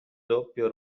doppio